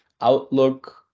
outlook